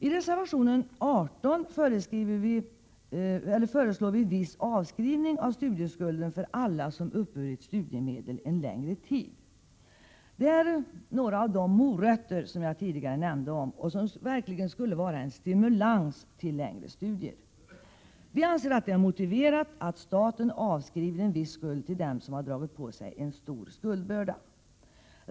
I reservation 18 föreslår vi viss avskrivning av studieskulden för alla som uppburit studiemedel en längre tid. Detta är några av de morötter som jag tidigare antydde att vi har och som verkligen skulle vara en stimulans till längre studier. Vi anser att det är motiverat att staten avskriver en viss skuld till dem som har dragit på sig en stor skuldbörda.